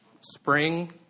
spring